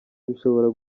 bishobora